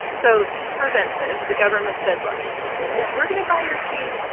so to prevent this, the government said, look if we're going to buy your cheese,